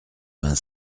vingt